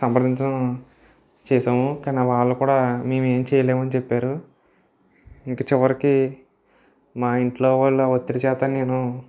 సంప్రదించడం చేసాము కానీ వాళ్ళు కూడా మేము ఏం చేయలేము అని చెప్పారు ఇంక చివరికీ మా ఇంట్లో వాళ్ళ ఒత్తిడి చేత నేను